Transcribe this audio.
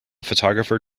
photographer